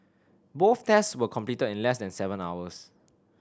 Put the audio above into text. both tests were completed in less than seven hours